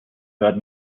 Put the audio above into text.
hört